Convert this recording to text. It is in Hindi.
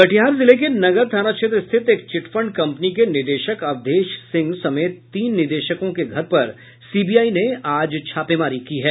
कटिहार जिले के नगर थाना क्षेत्र स्थित एक चिटफंड कंपनी के निदेशक अवधेश सिंह समेत तीन निदेशकों के घर पर सीबीआई ने आज छापेमारी की है